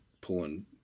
pulling